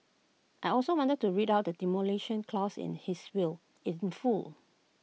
I also wanted to read out the Demolition Clause in his will in full